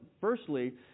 firstly